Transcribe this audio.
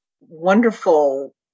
wonderful